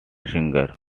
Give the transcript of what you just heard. singers